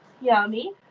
Yummy